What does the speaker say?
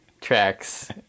tracks